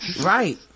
right